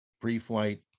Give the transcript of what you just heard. pre-flight